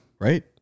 Right